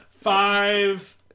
Five